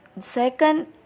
second